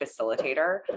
facilitator